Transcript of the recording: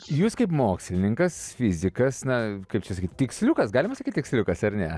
jūs kaip mokslininkas fizikas na kaip čia sakyt tiksliukas galima sakyt tiksliukas ar ne